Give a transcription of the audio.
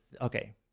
okay